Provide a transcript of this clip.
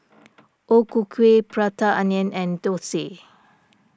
O Ku Kueh Prata Onion and Thosai